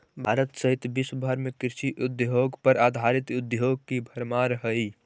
भारत सहित विश्व भर में कृषि उत्पाद पर आधारित उद्योगों की भरमार हई